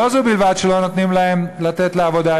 לא זו בלבד שלא נותנים להם לצאת לעבודה,